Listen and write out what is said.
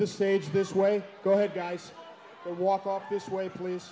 the stage this way go ahead guys walk off this way please